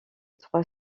trois